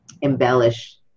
embellish